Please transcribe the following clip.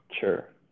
sure